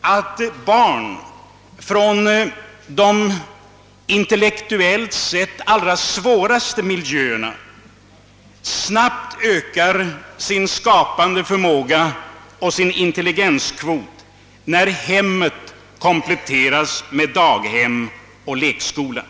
att barnen från de intellektuellt sett allra svåraste miljöerna snabbt ökar sin skapande förmåga och sin intelligenskvot när hemmet kompletteras med daghem och lekskola.